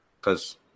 Cause